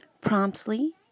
promptly